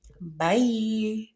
bye